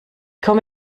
komme